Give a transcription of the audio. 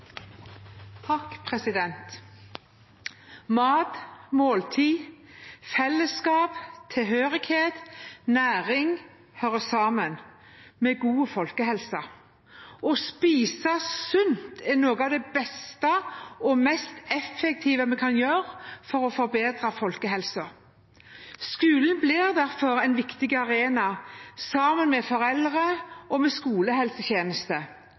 Mat, måltid, fellesskap, tilhørighet og næring hører sammen med god folkehelse. Å spise sunt er noe av det beste og mest effektive man kan gjøre for å bedre folkehelsen. Skolen blir derfor en viktig arena sammen med foreldre og